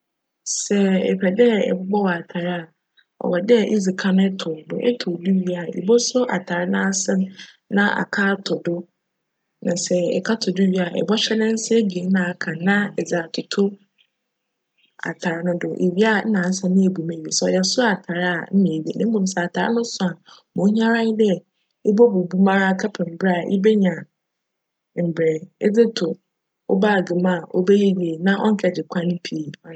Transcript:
Sj epj dj ebobcw atar a, cwc dj idzi kan etow do. Etow do wie a, iboso atar no n'asen na aka ato do, na sj eka to do wie a, iboso ne nsa ebien a aka no na edze atoto atar no do ewia nna asan ebu mu ebien. Sj cyj sor atar a nna ewie mbom sj atar no so a, ma ohia ara nye dj ibobubu mu ara kjpem ber a ebenya mbrj edze to wo "bag" mu a cbjyj yie na cnnkjgye pii cnoara nye no.